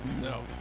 No